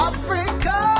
Africa